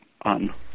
on